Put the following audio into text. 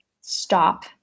stop